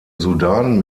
sudan